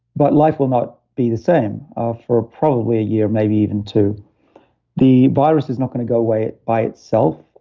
but life will not be the same ah for probably a year, maybe even two the virus is not going to go away by itself.